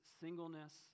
singleness